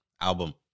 album